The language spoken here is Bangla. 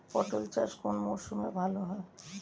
পটল চাষ কোন মরশুমে ভাল হয়?